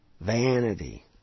vanity